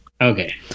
Okay